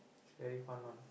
is very fun one